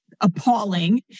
Appalling